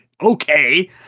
okay